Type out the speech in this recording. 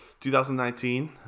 2019